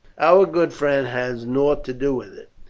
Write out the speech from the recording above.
our good friend has nought to do with it,